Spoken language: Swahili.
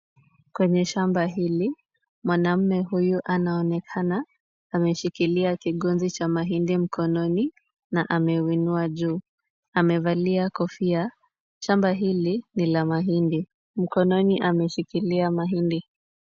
Kwenye shamba hili, mwanaume huyu anaonekana ameshikilia kigonzi cha mahindi mkononi na ameuinua juu. Amevalia kofia . Shamab hili ni la mahindi. Mkononi ameshikilia mahindi.